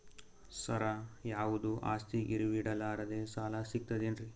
ಸರ, ಯಾವುದು ಆಸ್ತಿ ಗಿರವಿ ಇಡಲಾರದೆ ಸಾಲಾ ಸಿಗ್ತದೇನ್ರಿ?